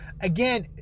Again